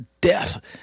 death